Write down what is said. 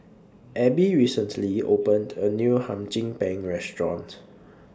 Abie recently opened A New Hum Chim Peng Restaurant